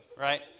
right